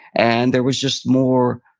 and there was just more,